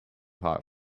hot